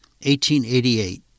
1888